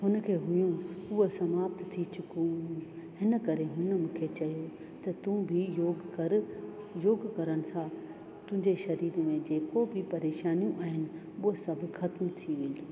हुन खे हुयूं उहे समाप्त थी चुको हिन करे हुन मूंखे चयो त तू बि योग कर योग करण सां तुंहिंजे शरीर में जेको बि परेशानियूं आहिनि उहो सभु ख़तमु थी वेंदो